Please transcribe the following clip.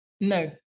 No